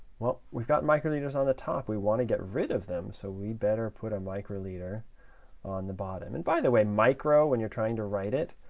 well, we've got microliters on the top. we want to get rid of them. so we better put a microliter on the bottom. and by the way, micro, when you're trying to write it,